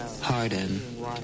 Harden